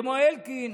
כמו אלקין